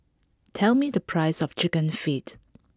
tell me the price of Chicken Feet